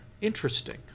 Interesting